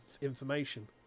information